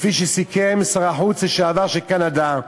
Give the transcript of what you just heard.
כפי שסיכם שר החוץ לשעבר של קנדה,